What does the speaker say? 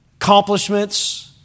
Accomplishments